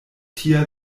tia